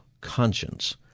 conscience